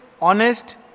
honest